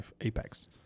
Apex